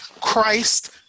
Christ